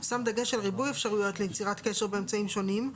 יושם דגש על ריבוי אפשרויות ליצירת קשר באמצעים שונים,